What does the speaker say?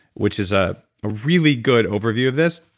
which is a ah really good overview of this.